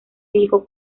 hijo